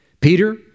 Peter